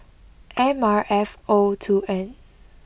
M R F O two N